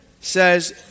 says